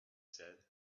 said